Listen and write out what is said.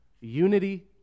Unity